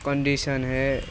condition है